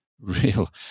real